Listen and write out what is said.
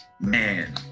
man